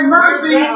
mercy